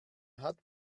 hat